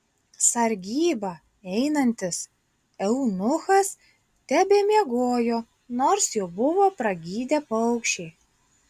sargybą einantis eunuchas tebemiegojo nors jau buvo pragydę paukščiai